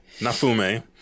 Nafume